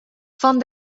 von